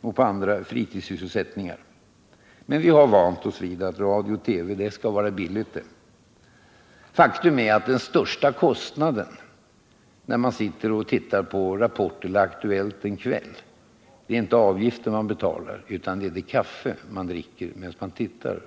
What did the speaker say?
och andra fritidssysselsättningar. Men vi har vant oss vid att radio och TV skall vara billigt. Faktum är att den största kostnaden när man sitter och tittar på Rapport eller Aktuellt en kväll inte är avgiften, utan det kaffe man dricker medan man tittar.